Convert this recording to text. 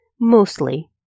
Mostly